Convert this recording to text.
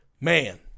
man